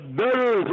better